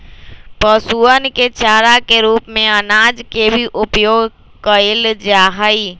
पशुअन के चारा के रूप में अनाज के भी उपयोग कइल जाहई